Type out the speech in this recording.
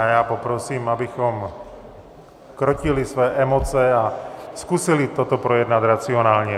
Já poprosím, abychom krotili své emoce a zkusili to projednat racionálně.